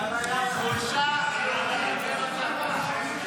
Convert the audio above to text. חולשה יהודית.